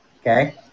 Okay